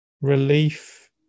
relief